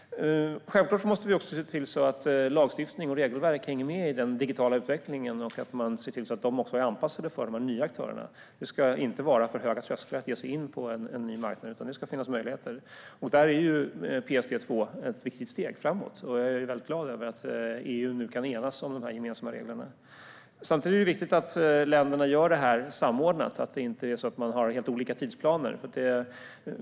Självklart måste vi se till att lagstiftning och regelverk hänger med i den digitala utvecklingen och är anpassade för de nya aktörerna. Det ska inte vara alltför höga trösklar att ge sig in på en ny marknad, utan det ska finnas möjligheter. Där är PSD2 ett viktigt steg framåt. Jag är väldigt glad över att EU nu kan enas om de gemensamma reglerna. Samtidigt är det viktigt att länderna gör detta samordnat, att man inte har helt olika tidsplaner.